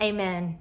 Amen